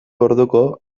orduko